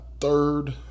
third